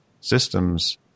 systems